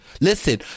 Listen